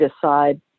decide